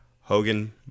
Hogan